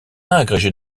agrégé